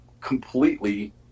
completely